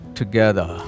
together